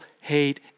hate